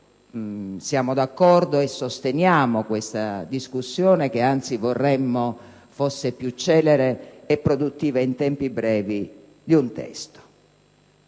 siamo d'accordo e sosteniamo questa discussione, che anzi vorremo fosse più celere e produttiva, in tempi brevi, di un testo.